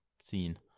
scene